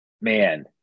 man